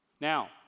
Now